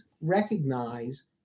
recognize